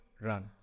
run